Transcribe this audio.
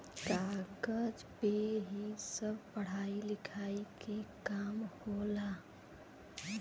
कागज पे ही सब पढ़ाई लिखाई के काम होला